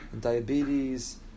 diabetes